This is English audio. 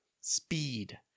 Speed